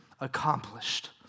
accomplished